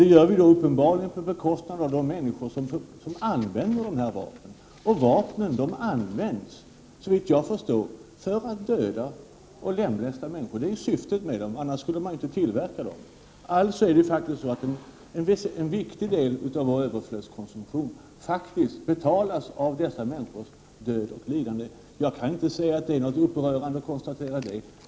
Det gör vi uppenbarligen på bekostnad av de människor som använder dessa vapen. Vapnen används, såvitt jag förstår, för att döda och lemlästa människor. Det är ju syftet med dem, annars skulle man inte tillverka dem. Alltså är det faktiskt så att en viktig del av vår överflödskonsumtion betalas av dessa människors död och lidande. Jag kan inte säga att det är upprörande att konstatera detta.